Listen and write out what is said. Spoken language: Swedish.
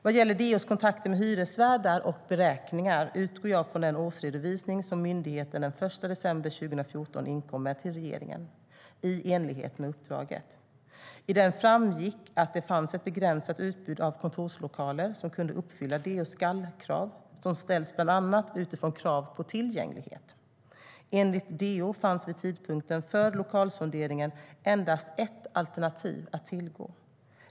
Vad gäller DO:s kontakter med hyresvärdar och beräkningar utgår jag från den återredovisning som myndigheten den 1 december 2014 inkom med till regeringen, i enlighet med uppdraget. I den framgick att det fanns ett begränsat utbud av kontorslokaler som kunde uppfylla DO:s skall-krav, som ställs bland annat utifrån krav på tillgänglighet. Enligt DO fanns vid tidpunkten för lokalsonderingen endast ett alternativ att tillgå.